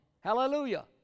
Hallelujah